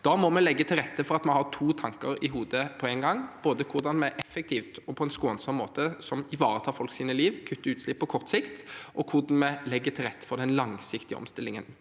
Da må vi legge til rette for at vi har to tanker i hodet på én gang: både hvordan vi effektivt og på en skånsom måte som ivaretar folks liv, kutter utslipp på kort sikt, og hvordan vi legger til rette for den langsiktige omstillingen.